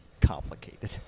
Complicated